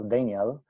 Daniel